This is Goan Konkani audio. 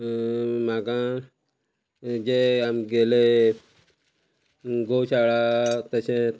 म्हाका जे आमगेले गोशाळा तशें